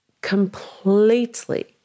completely